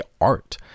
art